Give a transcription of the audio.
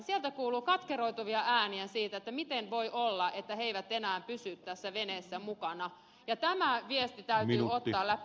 sieltä kuuluu katkeroituvia ääniä siitä miten voi olla että he eivät enää pysy tässä veneessä mukana ja tämä viesti täytyy käydä läpi